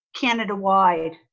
Canada-wide